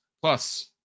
plus